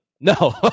no